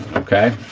okay.